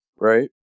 right